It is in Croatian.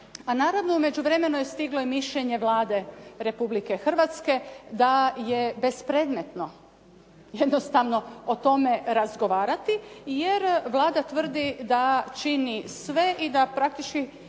A naravno u međuvremenu je stiglo i mišljenje Vlade Republike Hrvatske da je bespredmetno jednostavno o tome razgovarati, jer Vlada tvrdi da čini sve i da praktički